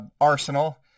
arsenal